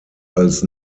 als